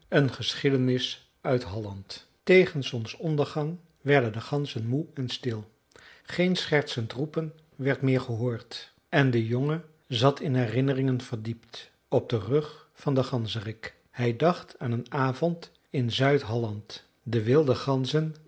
een geschiedenis uit halland tegen zonsondergang werden de ganzen moe en stil geen schertsend roepen werd meer gehoord en de jongen zat in herinneringen verdiept op den rug van den ganzerik hij dacht aan een avond in zuid halland de wilde ganzen